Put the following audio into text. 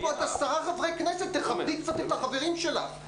יש פה עוד 10 חברי כנסת, תכבדי קצת את החברים שלך.